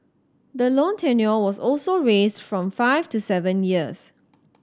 the loan tenure was also raised from five to seven years